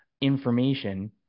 information